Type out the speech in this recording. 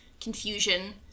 confusion